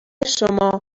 شما